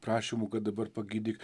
prašymų kad dabar pagydyk